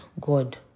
god